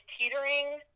teetering